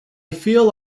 feel